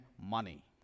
money